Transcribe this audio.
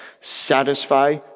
Satisfy